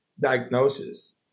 diagnosis